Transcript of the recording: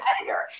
editor